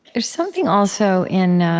there's something, also, in